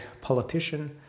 politician